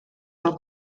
del